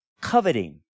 coveting